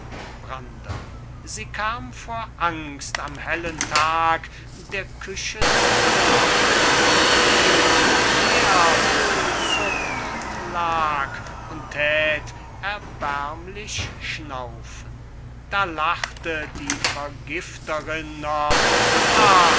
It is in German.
sie kam für angst am hellen tag der küche zugelaufen fiel an den heerd und zuckt und lag und thät erbärmlich schnaufen da lachte die vergifterinn noch